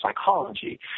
psychology